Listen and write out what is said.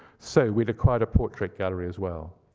so we've acquired a portrait gallery as well.